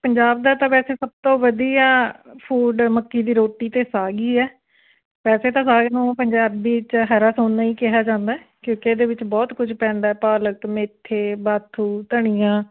ਪੰਜਾਬ ਦਾ ਤਾਂ ਵੈਸੇ ਸਭ ਤੋਂ ਵਧੀਆ ਫੂਡ ਮੱਕੀ ਦੀ ਰੋਟੀ ਅਤੇ ਸਾਗ ਹੀ ਹੈ ਵੈਸੇ ਤਾਂ ਸਾਗ ਨੂੰ ਪੰਜਾਬੀ 'ਚ ਹਰਾ ਸੋਨਾ ਹੀ ਕਿਹਾ ਜਾਂਦਾ ਕਿਉਂਕਿ ਇਹਦੇ ਵਿੱਚ ਬਹੁਤ ਕੁਝ ਪੈਂਦਾ ਪਾਲਕ ਮੇਥੇ ਬਾਥੂ ਧਨੀਆ